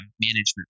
management